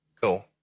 Cool